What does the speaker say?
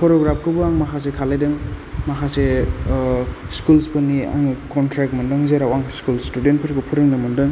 choreograph खौबो आं माखासे खालायदों माखासे स्कुल्स फोरनि आङो कनट्रेक्ट मोनदों जेराव आं स्कुल स्टुडेन्ट फोरखौ फोरोंनो मोनदों